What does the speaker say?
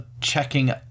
checking